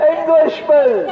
Englishmen